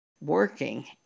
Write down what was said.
working